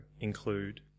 include